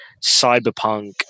Cyberpunk